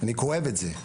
אני כואב את זה.